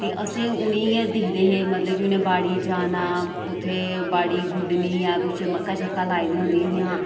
ते असें उनेंगी गै दिक्खदे हे मतलब कि उनें बाड़ी जाना उत्थै बाड़ी गुड्डनी मक्कां शक्कां लाई दियां होंदियां हियां